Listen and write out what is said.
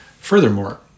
Furthermore